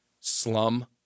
slum